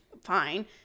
fine